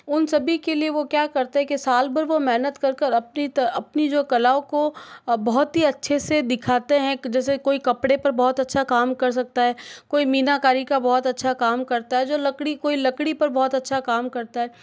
उन सभी के लिए वह क्या करते की साल भर वह मेहनत कर कर अपनी तो अपनी जो कलाओं को बहुत ही अच्छे से दिखाते हैं कि जैसे कोई कपड़े पर बहुत अच्छा काम कर सकता है कोई मीनाकारी का बहुत अच्छा काम करता है जो लकड़ी कोई लकड़ी पर बहुत अच्छा काम करता है